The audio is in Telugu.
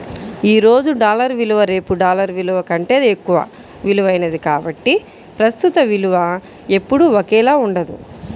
ఈ రోజు డాలర్ విలువ రేపు డాలర్ కంటే ఎక్కువ విలువైనది కాబట్టి ప్రస్తుత విలువ ఎప్పుడూ ఒకేలా ఉండదు